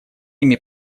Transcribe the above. ими